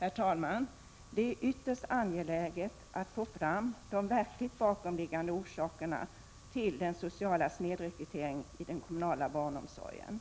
Herr talman! Det är ytterst angeläget att få fram de verkliga bakomliggande orsakerna till den sociala snedrekryteringen till den kommunala barnomsorgen.